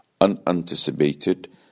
unanticipated